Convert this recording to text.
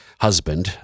husband